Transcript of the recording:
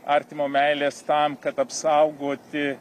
artimo meilės tam kad apsaugoti